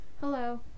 Hello